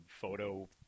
photo